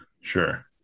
Sure